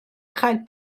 chael